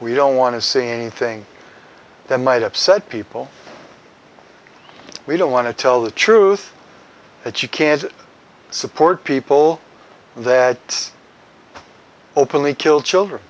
we don't want to see anything that might upset people we don't want to tell the truth that you can't support people that openly kill children